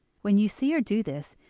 when you see her do this,